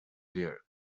there